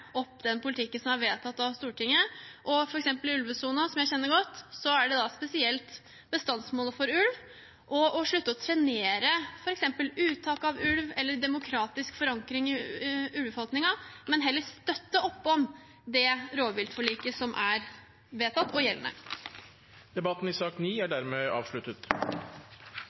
opp den politikken som er vedtatt av Stortinget – f.eks. i ulvesonen, som jeg kjenner godt, gjelder det da spesielt bestandsmålet for ulv – og å slutte å trenere f.eks. uttak av ulv, eller en demokratisk forankring av ulveforvaltningen, men heller støtte opp om det rovviltforliket som er vedtatt og gjeldende. Flere har ikke bedt om ordet til sak